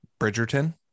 Bridgerton